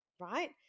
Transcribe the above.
right